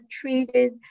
treated